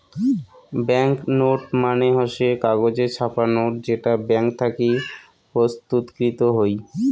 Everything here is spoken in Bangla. ব্যাঙ্ক নোট মানে হসে কাগজে ছাপা নোট যেটা ব্যাঙ্ক থাকি প্রস্তুতকৃত হই